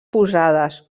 posades